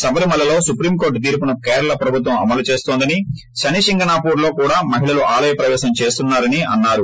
శబరిమల లో సుప్ర్ంకోర్టు తీర్పును కేరళ ప్రభుత్వం అమలు చేస్తోందని శనిశింగణాపూర్లో కూడా మహిళలు ఆలయ ప్రపేశం చేస్తున్నారని అన్నారు